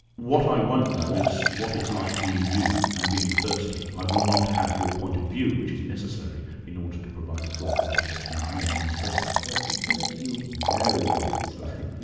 what i won't know is what it's like being you and being thirsty. i will not have your point of view, which is necessary in order to provide a full account of what's going on when you're thirsty. well, even if you know what it's like,